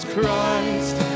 Christ